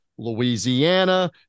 Louisiana